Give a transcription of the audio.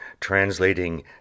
translating